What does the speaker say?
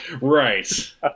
Right